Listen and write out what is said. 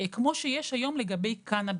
כמו שיש היום לגבי קנביס,